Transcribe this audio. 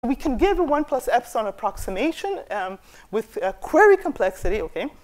‫אנחנו יכולים לדעת ‫אפסון 1 פלוס אפסון ‫עם קומפלקסיטה של קווירי, אוקיי?